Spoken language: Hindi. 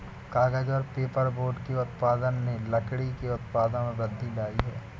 कागज़ और पेपरबोर्ड के उत्पादन ने लकड़ी के उत्पादों में वृद्धि लायी है